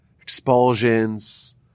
expulsions